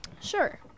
Sure